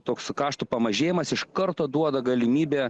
toks kašto pamažėjimas iš karto duoda galimybę